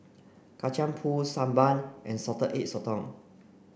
Kacang Pool Sambal and Salted Egg Sotong